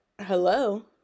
Hello